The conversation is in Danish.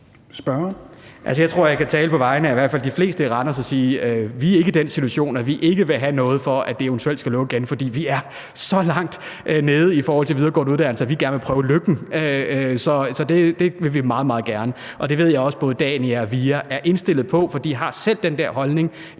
Jeg tror, at jeg kan tale på vegne af i hvert fald de fleste i Randers og sige, at vi ikke er i den situation, at vi ikke vil have noget, selv om det eventuelt skal lukke igen, for vi er så langt nede i forhold til videregående uddannelser, at vi gerne vil prøve lykken. Så det vil vi meget, meget gerne. Det ved jeg også at både Dania og VIA er indstillet på, for de har selv den holdning,